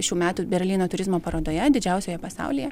šių metų berlyno turizmo parodoje didžiausioje pasaulyje